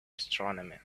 astronomy